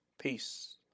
Peace